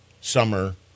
summer